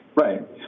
Right